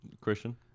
Christian